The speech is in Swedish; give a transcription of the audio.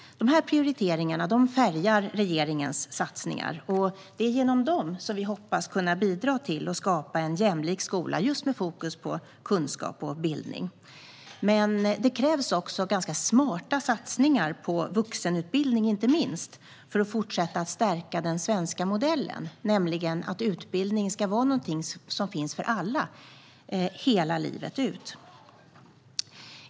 Dessa prioriteringar färgar regeringens satsningar, och det är genom dem vi hoppas bidra till och skapa en jämlik skola med fokus på just kunskap och bildning. Det krävs också ganska smarta satsningar på vuxenutbildningar för att fortsätta att stärka den svenska modellen. Utbildning ska vara något som finns för alla hela livet ut.